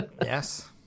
Yes